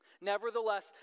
Nevertheless